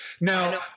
now